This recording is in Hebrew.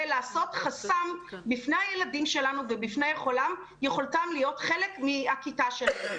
לעשות חסם בפני הילדים שלנו ובפני יכולתם להיות חלק מהכיתה שלהם.